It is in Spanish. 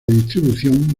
distribución